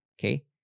okay